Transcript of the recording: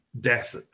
death